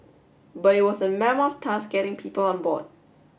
but it was a mammoth task getting people on board